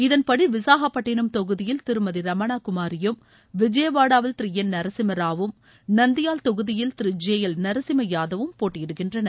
இதன்படி விசாகப்பட்டினம் தொகுதியில் திருமதி ரமணா குமாரியும் விஜயவாடாவில் திரு என் நரசிம்மராவும் நந்தியால் தொகுதியில் திரு ஜே எல் நரசிம்ம யாதவும் போட்டியிடுகின்றனர்